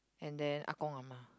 and then Ah Gong Ah Ma